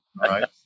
right